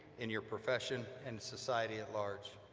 in your profession, and society at large.